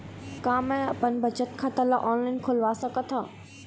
का मैं अपन बचत खाता ला ऑनलाइन खोलवा सकत ह?